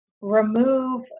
remove